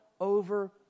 over